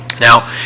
Now